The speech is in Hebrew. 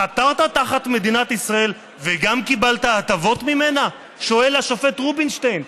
החתרת תחת מדינת ישראל וגם קיבלת הטבות ממנה?" שואל השופט רובינשטיין,